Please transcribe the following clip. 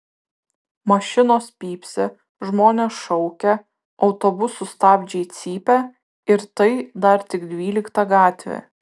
mašinos pypsi žmonės šaukia autobusų stabdžiai cypia ir tai dar tik dvylikta gatvė